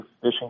fishing